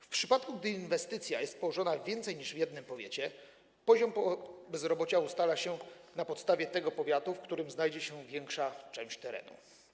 W przypadku gdy inwestycja jest położona w więcej niż w jednym powiecie, poziom bezrobocia ustala się na podstawie tego powiatu, w którym znajdzie się większa część terenu.